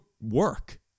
work